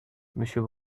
monsieur